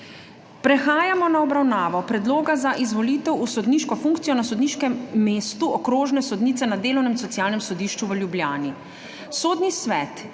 Prehajamo na obravnavo Predloga za izvolitev v sodniško funkcijo na sodniškem mestu okrožne sodnice na Delovnem in socialnem sodišču v Ljubljani.